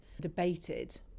debated